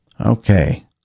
Okay